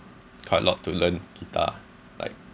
quite a lot to learn guitar right